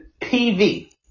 PV